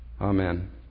Amen